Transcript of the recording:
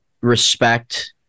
respect